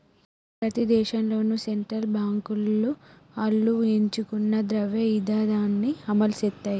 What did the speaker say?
ప్రతి దేశంలోనూ సెంట్రల్ బాంకులు ఆళ్లు ఎంచుకున్న ద్రవ్య ఇదానాన్ని అమలుసేత్తాయి